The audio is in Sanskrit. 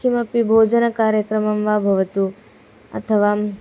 किमपि भोजनकार्यक्रमं वा भवतु अथवा